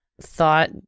thought